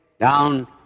down